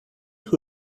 who